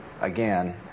again